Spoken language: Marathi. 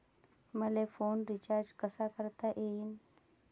मले फोन रिचार्ज कसा करता येईन?